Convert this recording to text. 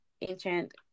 ancient